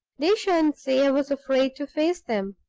they shan't say i was afraid to face them.